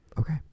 okay